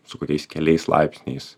su kuriais keliais laipsniais